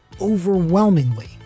overwhelmingly